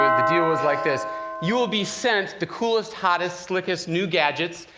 the deal was like this you'll be sent the coolest, hottest, slickest new gadgets.